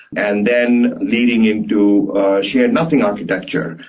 and then leading into shared nothing architecture,